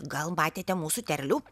gal matėte mūsų terlių